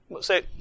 say